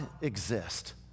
exist